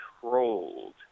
controlled